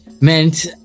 meant